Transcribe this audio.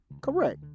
correct